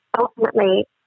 ultimately